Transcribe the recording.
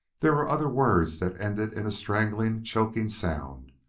there were other words that ended in a strangling, choking sound,